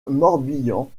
morbihan